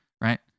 right